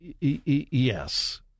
Yes